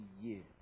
years